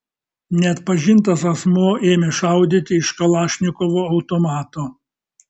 neatpažintas asmuo ėmė šaudyti iš kalašnikovo automato